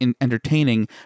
Entertaining